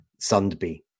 Sundby